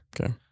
Okay